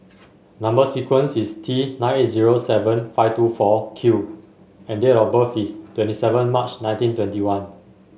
number sequence is T nine eight zero seven five two four Q and date of birth is twenty seven March nineteen twenty one